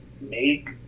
make